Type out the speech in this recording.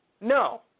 no